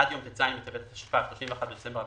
עד יום ט"ז בטבת התשפ"א (31 בדצמבר 2020)